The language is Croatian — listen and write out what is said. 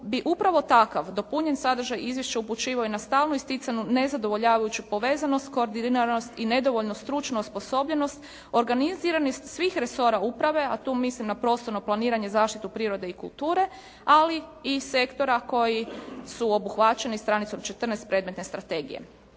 bi upravo takav dopunjen sadržaj izvješća upućivao i na stalno isticanu nezadovoljavajuću povezanost, koordiniranost i nedovoljnu stručnu osposobljenost, organiziranih svih resora uprave a tu mislim na prostorno planiranje, zaštitu prirode i kulture, ali i sektora koji su obuhvaćeni stranicom 14 predmetne strategije.